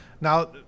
Now